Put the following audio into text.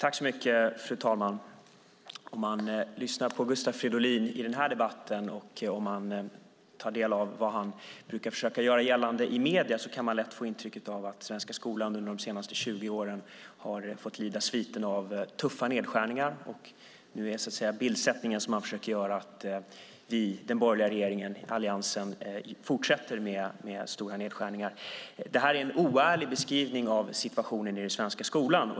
Fru talman! Om man lyssnar på Gustav Fridolin i den här debatten och om man tar del av vad han brukar försöka göra gällande i medierna kan man få intrycket att den svenska skolan under de senaste 20 åren har fått lida sviterna av tuffa nedskärningar. Den bild han försöker skapa är att den borgerliga alliansen fortsätter med stora nedskärningar. Det är en oärlig beskrivning av situationen i den svenska skolan.